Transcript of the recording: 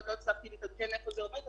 עוד לא הצלחתי להתעדכן איפה זה עומד,